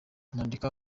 nandika